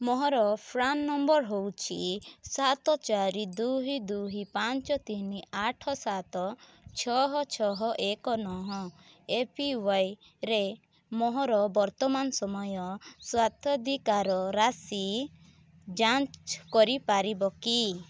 ମୋହର PRAN number ହେଉଛି ସାତ ଚାରି ଦୁଇ ଦୁଇ ପାଞ୍ଚ ତିନି ଆଠ ସାତ ଛଅ ଛଅ ଏକ ନଅ ଏପିୱାଇରେ ମୋହର ବର୍ତ୍ତମାନ ସମୟର ସ୍ୱତ୍ୱାଧିକାର ରାଶି ଯାଞ୍ଚ କରିପାରିବ କି